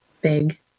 big